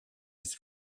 his